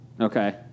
Okay